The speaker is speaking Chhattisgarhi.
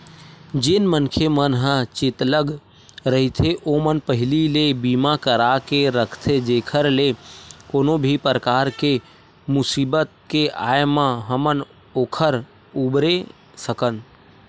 जेन मनखे मन ह चेतलग रहिथे ओमन पहिली ले बीमा करा के रखथे जेखर ले कोनो भी परकार के मुसीबत के आय म हमन ओखर उबरे सकन